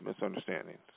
misunderstandings